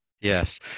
Yes